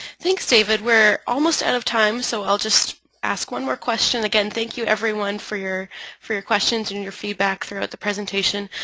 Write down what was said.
thanks david. we're almost out of time so i'll just ask one more question. again thank you everyone for your for your questions and your feedback throughout the presentation.